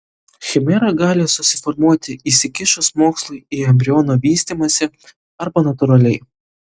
chimera gali susiformuoti įsikišus mokslui į embriono vystymąsi arba natūraliai